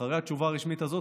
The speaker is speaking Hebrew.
אחרי התשובה הרשמית הזאת,